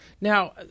Now